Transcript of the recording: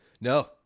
No